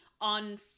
On